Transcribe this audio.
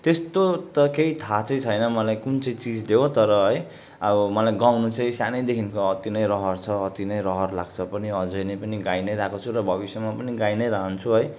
त्यस्तो त केही थाहा चाहिँ छैन मलाई कुन चाहिँ चिजले हो तर है अब मलाई गाउनु चाहिँ सानैदेखिको अति नै रहर छ अति नै रहर लाग्छ पनि अझै नै पनि गाइनै रहेको छु र भविष्यमा पनि गाइनै रहन्छु है